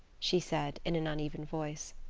she said, in an uneven voice.